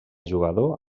jugador